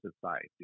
society